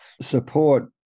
support